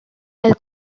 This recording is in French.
elle